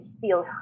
feel